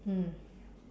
mm